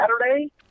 Saturday